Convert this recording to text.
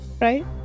Right